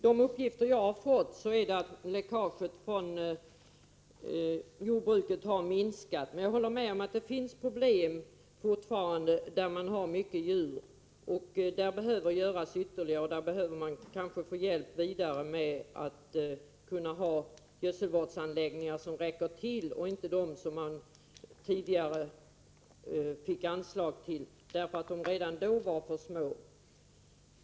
De uppgifter jag har fått är att läckaget från jordbruket har minskat. Men jag håller med om att det forfarande finns problem där man har många djur. Där behövs ytterligare åtgärder, och man behöver kanske hjälp med gödselvårdsanläggningar som räcker till i stället för dem man tidigare fick anslag till. De var redan då för små.